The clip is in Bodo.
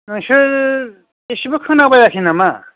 नोंसोर एसेबो खोनाबायाखै नामा